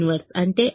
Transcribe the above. B 1 B cross B I